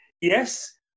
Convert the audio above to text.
Yes